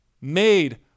made